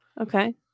Okay